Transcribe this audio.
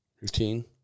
routine